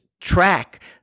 track